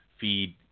feed